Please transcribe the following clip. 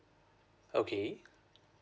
okay